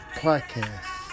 podcast